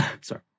Sorry